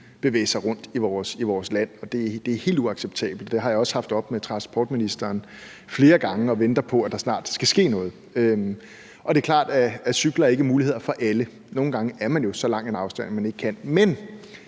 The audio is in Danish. bevæge sig rundt i vores land. Det er helt uacceptabelt, og det har jeg også haft oppe med transportministeren flere gange, og jeg venter på, at der snart skal ske noget. Det er klart, at det at cykle ikke er en mulighed for alle. Nogle gange er der jo så lang en afstand, at man ikke kan